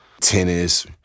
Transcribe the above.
tennis